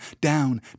down